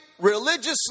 religiously